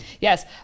Yes